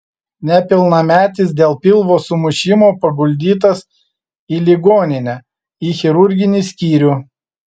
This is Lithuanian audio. nepilnametis dėl pilvo sumušimo paguldytas į ligoninę į chirurginį skyrių